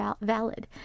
valid